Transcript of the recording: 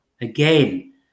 again